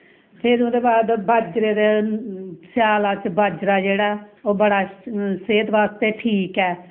फिर ओह्दै बाद बाजरे दा स्याला च बाज्जरा जेह्ड़ा ओह् बड़ा सेह्त बास्तै ठीक ऐ